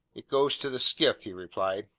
it goes to the skiff, he replied.